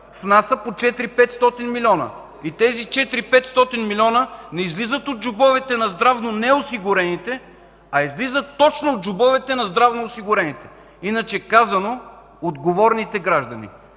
внася по 400 – 500 милиона. Тези 400 – 500 милиона не излизат от джобовете на здравно неосигурените, а излизат точно от джобовете на здравноосигурените, иначе казано – отговорните граждани.